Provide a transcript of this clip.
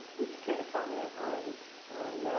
would you care to comment on